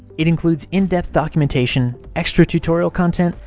it includes in-depth documentation, extra tutorial content,